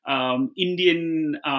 Indian